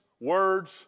words